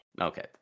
Okay